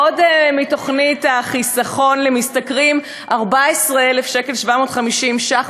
עוד מתוכנית החיסכון למשתכרים: 14,750 ש"ח,